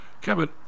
Kevin